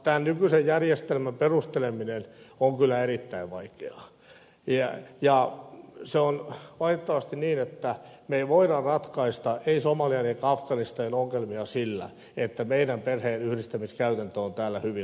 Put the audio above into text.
tämän nykyisen järjestelmän perusteleminen on kyllä erittäin vaikeaa ja on valitettavasti niin että me emme voi ratkaista somalian emmekä afganistanin ongelmia sillä että meidän perheenyhdistämiskäytäntömme on täällä hyvin laaja